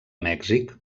mèxic